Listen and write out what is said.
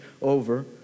over